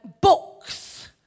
books